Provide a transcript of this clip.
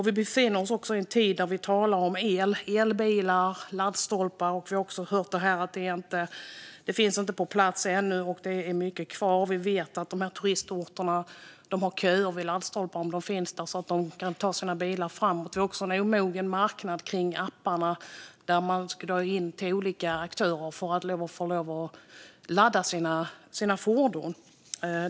Vi befinner oss också i en tid där vi talar om el, elbilar och laddstolpar. Vi har hört här att det inte finns på plats ännu och att det är mycket kvar. Vi vet att turistorterna har köer vid laddstolparna, om sådana finns, för att folk ska kunna köra sina bilar. Vi har också en omogen marknad för apparna, där folk ska använda olika aktörer för att få ladda sitt fordon.